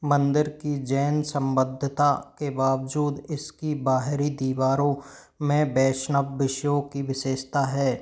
मंदिर की जैन सम्बद्धता के बावजूद इसकी बाहरी दीवारों में वैष्णव विषयों की विशेषता है